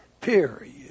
period